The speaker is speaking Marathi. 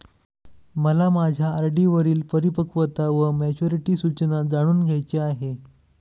मला माझ्या आर.डी वरील परिपक्वता वा मॅच्युरिटी सूचना जाणून घ्यायची आहे